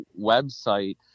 website